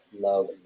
love